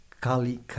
cali